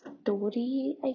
story